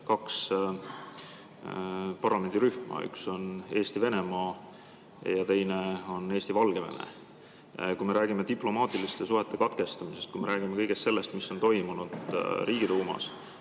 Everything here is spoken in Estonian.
kaks parlamendirühma, üks on Eesti-Venemaa ja teine on Eesti-Valgevene. Kui me räägime diplomaatiliste suhete katkestamisest [Venemaaga], kui me räägime kõigest sellest, mis on toimunud Riigiduumas,